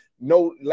no